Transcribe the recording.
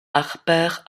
harper